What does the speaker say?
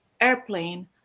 airplane